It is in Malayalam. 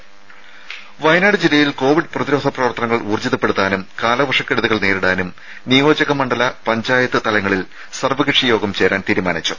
രുമ വയനാട് ജില്ലയിൽ കോവിഡ് പ്രതിരോധ പ്രവർത്തനങ്ങൾ ഊർജ്ജിതപ്പെടുത്താനും കാലവർഷക്കെടുതികൾ നേരിടാനും നിയോജകമണ്ഡല പഞ്ചായത്ത് തലങ്ങളിൽ സർവ്വകക്ഷി യോഗം ചേരാൻ തീരുമാനിച്ചു